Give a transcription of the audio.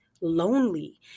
lonely